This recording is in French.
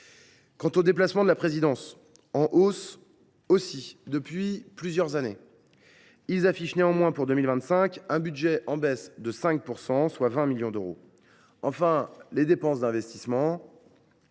Quant aux déplacements de la Présidence, en hausse également depuis plusieurs années, ils affichent néanmoins pour 2025 une baisse de 5 %, soit 20 millions d’euros. Enfin, les dépenses d’investissement